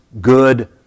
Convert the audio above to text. good